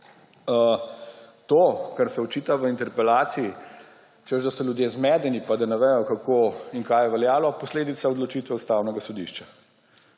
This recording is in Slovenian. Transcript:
to, kar se očita v interpelaciji, češ da so ljudje zmedeni, pa da ne vedo, kako in kaj je veljalo, posledica odločitve Ustavnega sodišča.